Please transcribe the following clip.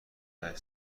هشت